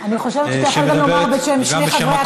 אני חושבת שאתה יכול לומר גם בשם שני